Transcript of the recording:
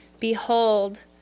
Behold